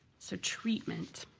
so treatment,